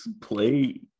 play